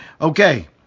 Okay